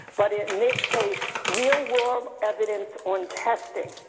but in this case, real-world evidence on testing.